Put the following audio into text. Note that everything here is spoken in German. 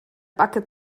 backe